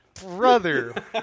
brother